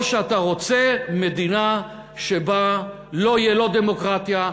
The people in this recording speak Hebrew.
או שאתה רוצה מדינה שבה לא תהיה לא דמוקרטיה,